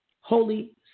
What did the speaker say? Holy